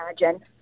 imagine